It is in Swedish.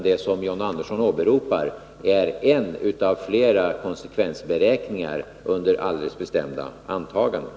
Det som John Andersson åberopar är en av flera konsekvensberäkningar under alldeles bestämda antaganden.